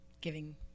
giving